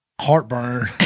heartburn